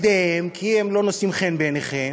מתפקידיהם, כי הם לא נושאים חן בעיניכם,